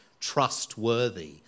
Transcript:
trustworthy